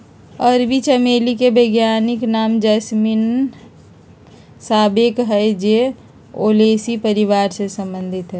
अरबी चमेली के वैज्ञानिक नाम जैस्मीनम सांबैक हइ जे ओलेसी परिवार से संबंधित हइ